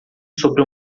sobre